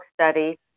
study